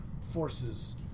forces